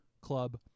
club